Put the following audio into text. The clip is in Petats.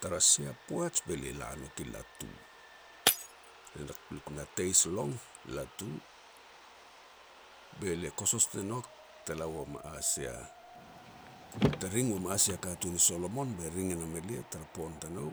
Tara sia poats be lia la nouk i latu le na luk na teis long latu, be lia kosos ne nok te la wam a sia, te ring wam a sia katun i Solomon, be ring e nam elia tara pon tanou,